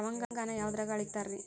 ಲವಂಗಾನ ಯಾವುದ್ರಾಗ ಅಳಿತಾರ್ ರೇ?